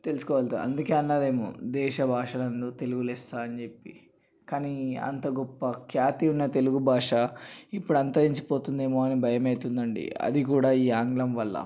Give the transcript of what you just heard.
తెలుసుకోవాలి అందుకే అన్నారేమో దేశభాషలందు తెలుగులెస్స అనిచెప్పి కానీ అంత గొప్ప ఖ్యాతి ఉన్న తెలుగుభాష ఇప్పుడు అంతరించిపోతుందేమో అని భయమైతుందండి అది కూడా ఈ ఆంగ్లం వల్ల